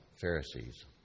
Pharisees